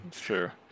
Sure